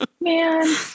man